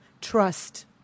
trust